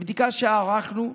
מבדיקה שערכנו,